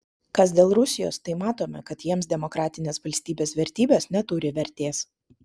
kas dėl rusijos tai matome kad jiems demokratinės valstybės vertybės neturi vertės